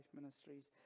Ministries